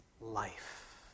life